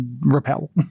repel